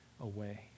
away